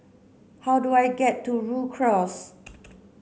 how do I get to Rhu Cross